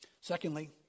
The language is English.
Secondly